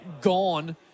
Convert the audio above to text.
gone